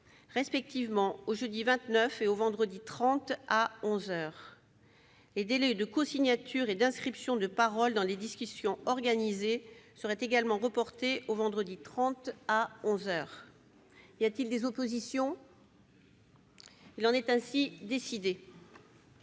respectivement, au jeudi 29 et au vendredi 30, à onze heures. Les délais de cosignature et d'inscription de parole dans la discussion organisée seraient également reportés au vendredi 30, à onze heures. Il n'y a pas d'opposition ?... Il en est ainsi décidé.